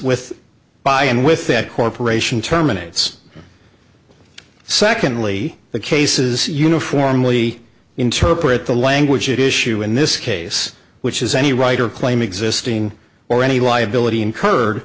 with by and with that corporation terminates secondly the cases uniformly interpret the language issue in this case which is any right or claim existing or any liability incurred